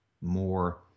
more